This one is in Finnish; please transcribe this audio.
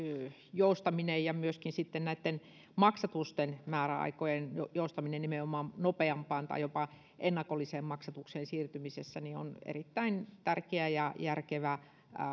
joustaminen ja myöskin sitten näitten maksatusten määräaikojen joustaminen nimenomaan nopeampaan tai jopa ennakolliseen maksatukseen siirtymisessä on erittäin tärkeä ja järkevä